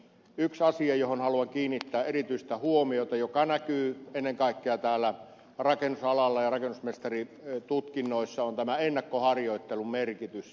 yksi asia johon haluan kiinnittää erityistä huomiota ja joka näkyy ennen kaikkea rakennusalalla ja rakennusmestaritutkinnoissa on tämä ennakkoharjoittelun merkitys